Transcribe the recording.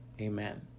Amen